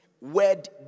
Word